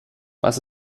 was